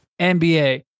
NBA